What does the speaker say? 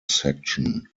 section